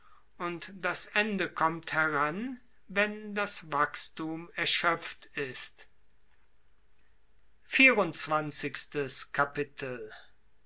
und das ende kommt heran wenn das wachsthum erschöpft ist